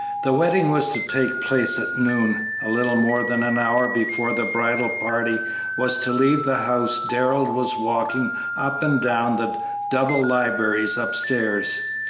the wedding was to take place at noon. a little more than an hour before the bridal party was to leave the house darrell was walking up and down the double libraries upstairs,